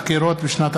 מזכירת